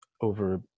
over